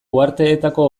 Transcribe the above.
uharteetako